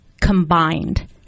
combined